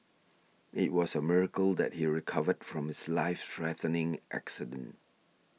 it was a miracle that he recovered from his life threatening accident